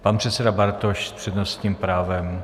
Pan předseda Bartoš s přednostním právem.